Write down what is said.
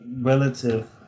relative